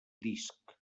disc